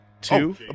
two